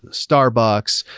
starbucks,